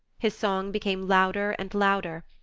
his song became louder and louder,